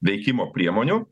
veikimo priemonių